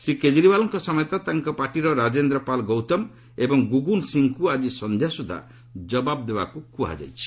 ଶ୍ରୀ କେଜରିଓ୍ୱାଲ୍ଙ୍କ ସମେତ ତାଙ୍କ ପାର୍ଟିର ରାଜେନ୍ଦ୍ର ପାଲ୍ ଗୌତମ ଏବଂ ଗୁଗନ୍ ସିଂଙ୍କୁ ଆଜି ସନ୍ଧ୍ୟା ସୁଦ୍ଧା ଜବାବ୍ ଦେବାକୁ କୁହାଯାଇଛି